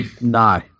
No